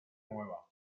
nueva